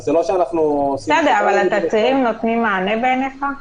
בסדר, אבל התצהירים נותנים מענה בעיניך?